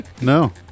No